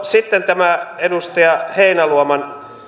sitten tämä edustaja heinäluoman